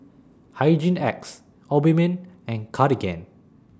Hygin X Obimin and Cartigain